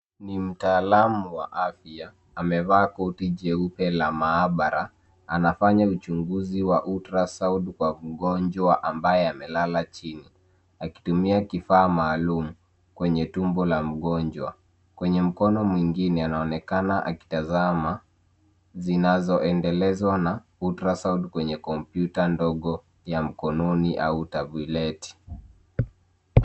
Ni mtaalamu wa afya, amevaa koti jeupe la maabara, anafanya uchunguzi wa ultra sound kwa mgonjwa ambaye amelala chini, akitumia kifaa maalumu kwenye tumbo la mgonjwa. Kwenye mkono mwingine, anaonekana akitazama zinazoendelezwa na ultra sound kwenye kompyuta ndogo ya mkononi au tableti.